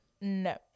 no